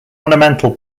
ornamental